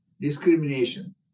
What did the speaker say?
discrimination